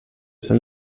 són